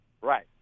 Right